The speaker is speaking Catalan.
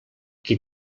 qui